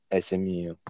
SMU